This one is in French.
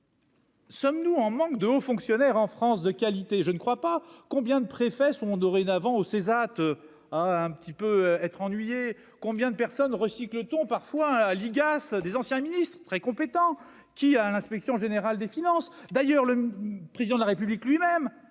Sommes-nous en manque de hauts fonctionnaires en France de qualité, je ne crois pas combien de préfets sont dorénavant aux Césars, un petit peu être ennuyé, combien de personnes recycle ton parfois à l'IGAS, des anciens ministres très compétent, qui a à l'inspection générale des finances, d'ailleurs, le président de la République lui-même a